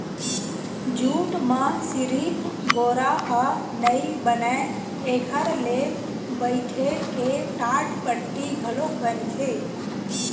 jute म सिरिफ बोरा ह नइ बनय एखर ले बइटे के टाटपट्टी घलोक बनथे